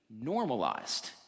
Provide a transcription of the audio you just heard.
normalized